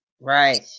Right